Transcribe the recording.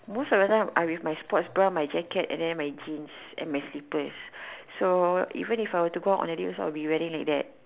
most of the time I with my sports bra my jacket and then my jeans and my slippers so even if I were to go out on a date I will be wearing like that